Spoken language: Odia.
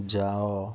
ଯାଅ